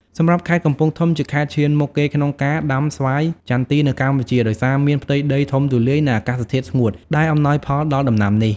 សម្រាប់ខេត្តកំពង់ធំ ជាខេត្តឈានមុខគេក្នុងការដាំស្វាយចន្ទីនៅកម្ពុជា ដោយសារមាន ផ្ទៃដីធំទូលាយ និង អាកាសធាតុស្ងួត ដែលអំណោយផលដល់ដំណាំនេះ។